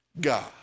God